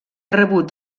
rebut